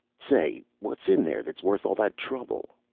say, what's in there that's worth all that trouble?